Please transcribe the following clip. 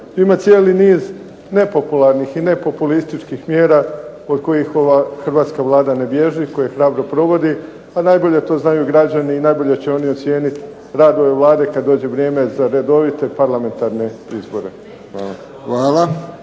Ima cijeli niz nepopularnih i nepopulističkih mjera od kojih ova hrvatska Vlada ne bježi, koje hrabro provodi, a najbolje to znaju građani i najbolje će oni ocijeniti rad ove Vlade kad dođe vrijeme za redovite parlamentarne izbore. Hvala.